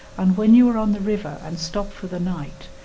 and when you are on the river and stop for the night,